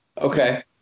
okay